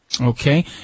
Okay